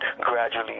gradually